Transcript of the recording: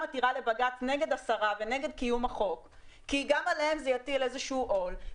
עתירה לבג"ץ נגד השרה ונגד קיום החוק כי גם עליהם זה יטיל איזשהו עול.